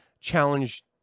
challenge